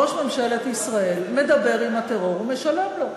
ראש ממשלת ישראל מדבר עם הטרור ומשלם לו.